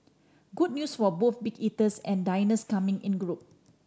good news for both big eaters and diners coming in group